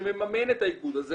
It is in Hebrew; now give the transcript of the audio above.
שמממנת את האיגוד הזה?